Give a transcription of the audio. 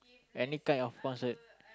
any kind of concert